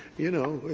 you know,